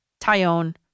Tyone